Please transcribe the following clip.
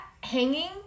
hanging